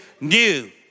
new